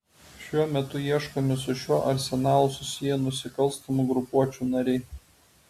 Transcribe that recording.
šiuo metu ieškomi su šiuo arsenalu susiję nusikalstamų grupuočių nariai